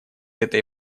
этой